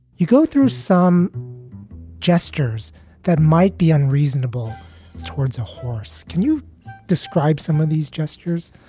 you go through some gestures that might be unreasonable towards a horse. can you describe some of these gestures?